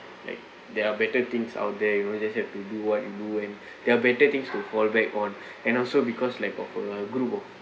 like there are better things out there you know just have to do what you know and there are better things to fall back on and also because like of a group of